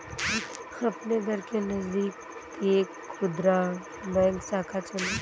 अपने घर के नजदीक एक खुदरा बैंक शाखा चुनें